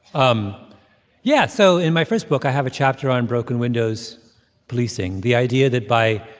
um yeah. so in my first book, i have a chapter on broken-windows policing the idea that by